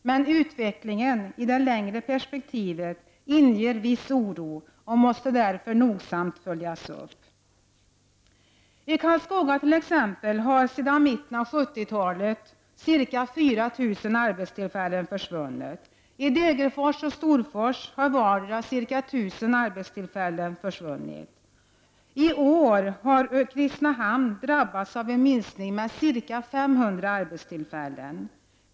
Men utvecklingen i det längre perspektivet inger viss oro och måste därför nogsamt följas. I Karlskoga har t.ex. sedan mitten av 70-talet ca Storfors har förlorat ca 1 000 arbetstillfällen vardera. I år har Kristinehamn drabbats av en minskning av antalet arbetstillfällen med ca 500.